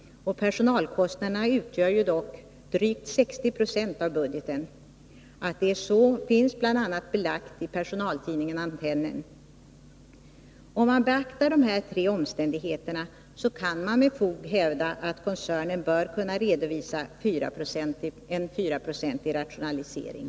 Personalkostnaderna utgör dock drygt 60 90 av budgeten. Att det är så finns bl.a. belagt i personaltidningen Antennen. Om man beaktar dessa tre omständigheter, kan man med fog hävda att koncernen bör kunna redovisa en 4-procentig rationalisering.